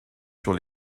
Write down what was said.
sur